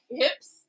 hips